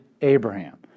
Abraham